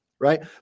right